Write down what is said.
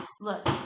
Look